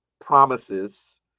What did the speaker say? promises